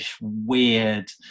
weird